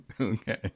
Okay